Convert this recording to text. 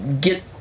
get